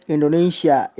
Indonesia